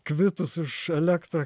kvitus už elektrą